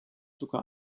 sogar